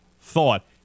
thought